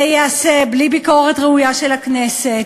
זה ייעשה בלי ביקורת ראויה של הכנסת,